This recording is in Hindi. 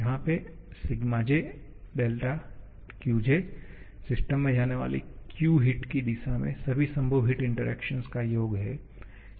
जहा पे 𝛴𝑗𝛿𝑄𝑗 सिस्टम में जानेवाली Q हिट की दिशा में सभी संभव हिट इंटरेक्शन का योग है